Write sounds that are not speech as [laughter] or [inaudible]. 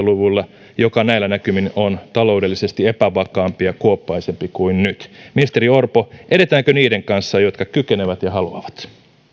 [unintelligible] luvulla joka näillä näkymin on taloudellisesti epävakaampi ja kuoppaisempi kuin nyt ministeri orpo edetäänkö niiden kanssa jotka kykenevät ja haluavat